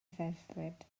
ddedfryd